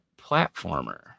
platformer